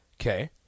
Okay